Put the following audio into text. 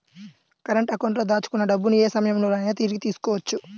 current అకౌంట్లో దాచుకున్న డబ్బుని యే సమయంలోనైనా తిరిగి తీసుకోవచ్చు